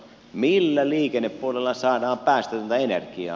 millä liikennepuolella saadaan päästötöntä energiaa